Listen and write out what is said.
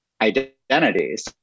identities